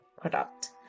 product